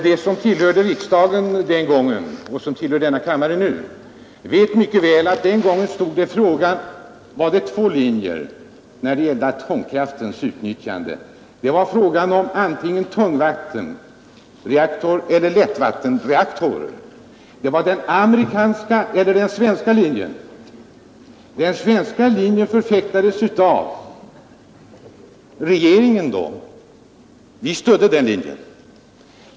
De som tillhörde riksdagen den gången och som tillhör denna kammare nu vet mycket väl att det då fanns två linjer när det gällde atomkraftens utnyttjande. Det var fråga om antingen tungvattenreaktorer eller lättvattenreaktorer, det var den amerikanska eller den svenska linjen. Den svenska linjen förfäktades då av regeringen och vi stödde den linjen.